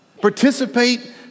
Participate